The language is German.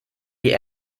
die